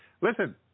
listen